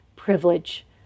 Privilege